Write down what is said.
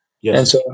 Yes